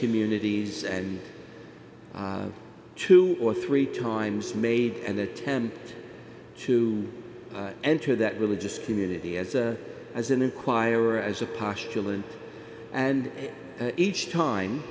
communities and two or three times made an attempt to enter that religious community as a as an inquirer as a posh dylan and each time